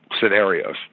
scenarios